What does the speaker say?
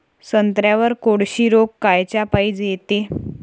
संत्र्यावर कोळशी रोग कायच्यापाई येते?